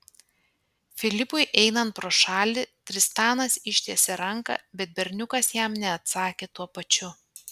filipui einant pro šalį tristanas ištiesė ranką bet berniukas jam neatsakė tuo pačiu